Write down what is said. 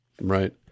Right